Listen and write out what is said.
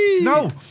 No